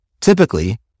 Typically